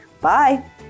Bye